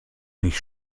nicht